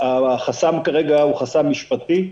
החסם כרגע הוא משפטי,